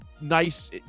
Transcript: nice